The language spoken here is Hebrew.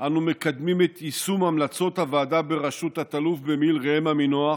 אנו מקדמים את יישום המלצות הוועדה בראשות תת-אלוף במילואים ראם עמינח,